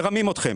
מרמים אתכם.